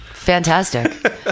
fantastic